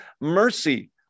mercy